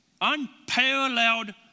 unparalleled